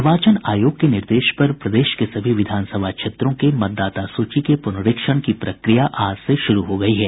निर्वाचन आयोग के निर्देश पर प्रदेश के सभी विधानसभा क्षेत्रों के मतदाता सूची के पुनरीक्षण की प्रक्रिया आज से शुरू हो गयी है